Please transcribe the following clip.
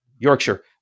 Yorkshire